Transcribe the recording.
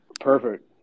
Perfect